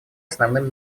основным